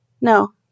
No